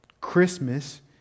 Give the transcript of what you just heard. Christmas